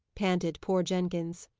panted poor jenkins.